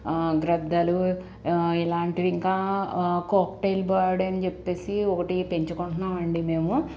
గ్రద్దలు ఇలాంటివి ఇంకా cockatiel bird అనిచెప్పేసి ఒకటి పెంచుకుంటున్నామండి మేము